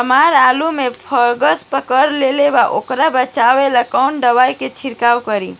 हमरा आलू में फंगस पकड़ लेले बा वोकरा बचाव ला कवन दावा के छिरकाव करी?